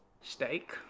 steak